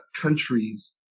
countries